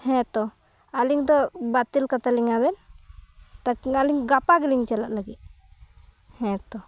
ᱦᱮᱸᱛᱚ ᱟᱹᱞᱤᱧ ᱫᱚ ᱵᱟᱛᱤᱞ ᱠᱟᱛᱟ ᱞᱤᱧᱟᱵᱮᱱ ᱛᱟᱠᱤ ᱟᱹᱞᱤᱧ ᱜᱟᱯᱟ ᱜᱮᱞᱤᱧ ᱪᱟᱞᱟᱜ ᱞᱟᱹᱜᱤᱫ ᱦᱮ ᱸᱛᱚ